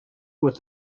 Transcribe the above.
with